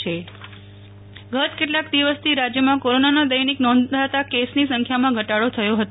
નેહલ ઠક્કર રાજ્ય કોરોના ગત કેટલાક દિવસથી રાજ્યમાં કોરોનાના દૈનિક નોંધાતા કેસની સંખ્યામાં ઘટાડો થયો હતો